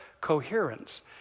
coherence